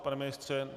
Pane ministře?